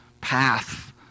path